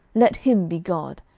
let him be god.